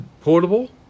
portable